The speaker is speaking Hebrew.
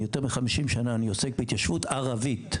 למעלה מ-50 שנה אני עוסק בהתיישבות ערבית,